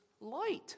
light